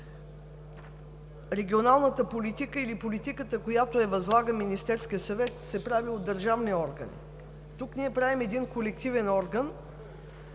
регионалната политика или политиката, която възлага Министерският съвет, се прави от държавни органи. Тук ние правим един колективен орган